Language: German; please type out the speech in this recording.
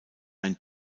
ein